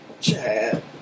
Chad